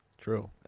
True